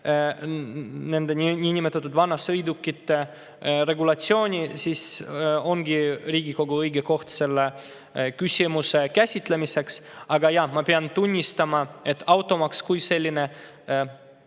niinimetatud vanasõidukite regulatsiooni, ongi Riigikogu õige koht selle küsimuse käsitlemiseks. Aga jah, ma pean tunnistama, et automaks kui selline